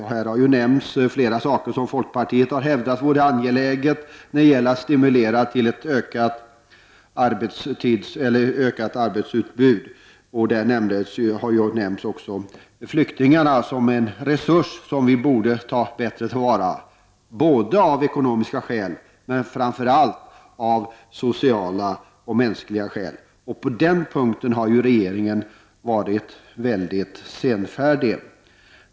Här har ju nämnts flera saker som folkpartiet har hävdat vore angelägna när det gäller att stimulera till ett ökat arbetsutbud. Man har nämnt flyktingarna som en resurs som vi borde ta bättre till vara av ekonomiska skäl och, framför allt, av sociala och mänskliga skäl. På den punkten har ju regeringen varit väldigt senfärdig.